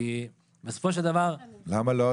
כי בסופו של דבר --- למה לא?